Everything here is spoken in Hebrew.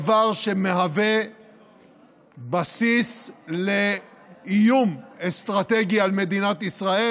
דבר שמהווה בסיס לאיום אסטרטגי על מדינת ישראל.